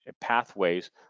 pathways